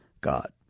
God